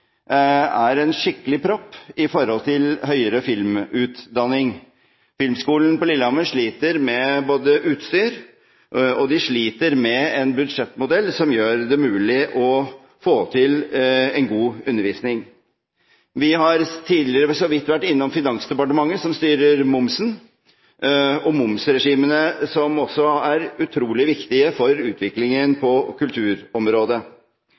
er en skikkelig propp når det gjelder høyere filmutdanning. Filmskolen på Lillehammer sliter med utstyr, og de sliter med en budsjettmodell som gjør det mulig å få til en god undervisning. Vi har tidligere så vidt vært innom Finansdepartementet, som styrer momsen og momsregimene, som også er utrolig viktige for utviklingen på kulturområdet.